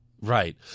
Right